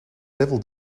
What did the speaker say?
level